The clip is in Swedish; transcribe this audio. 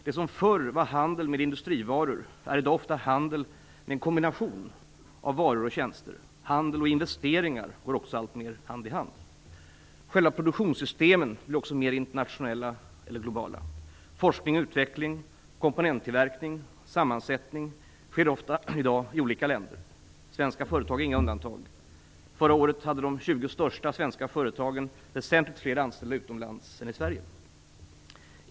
Det som förr var handel med industrivaror är i dag ofta handel med en kombination av varor och tjänster. Handel och investeringar går allt mer hand i hand. Själva produktionssystemen blir också mer internationella och globala. Forskning och utveckling, komponenttillverkning och sammansättning sker ofta i olika länder i dag. Svenska företag är inga undantag. Förra året hade de 20 största svenska företagen väsentligt fler anställda utomlands än i Sverige.